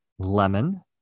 lemon